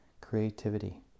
creativity